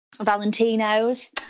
Valentino's